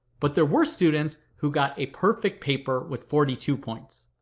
but there were students who got a perfect paper with forty two points.